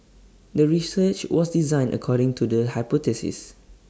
the research was designed according to the hypothesis